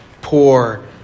poor